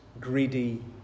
greedy